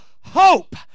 hope